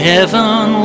Heaven